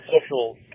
social